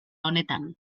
honetan